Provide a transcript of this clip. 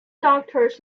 doctors